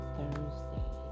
Thursday